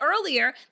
earlier